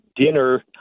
dinner